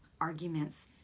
arguments